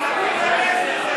אל תיכנס לזה,